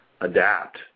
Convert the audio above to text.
adapt